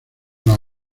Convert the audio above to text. las